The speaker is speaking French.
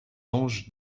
anges